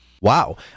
Wow